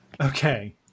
Okay